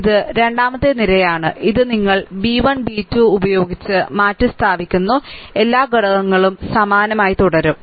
ഇത് രണ്ടാമത്തെ നിരയാണ് ഇത് നിങ്ങൾ b 1 b 2 ഉപയോഗിച്ച് മാറ്റിസ്ഥാപിക്കുന്നു എല്ലാ ഘടകങ്ങളും സമാനമായി തുടരും